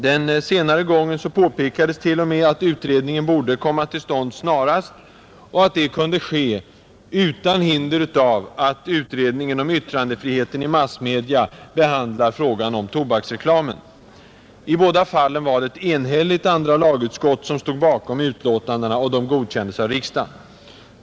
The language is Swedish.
Den sistnämnda gången påpekades t.o.m. att utredningen borde komma till stånd snarast, och att det kunde ske utan hinder av att utredningen om yttrandefriheten i massmedia behandlar frågan om begränsning av tobaksreklamen. I båda fallen var det ett enhälligt andra lagutskott som stod bakom utlåtandena, och de godkändes av riksdagen.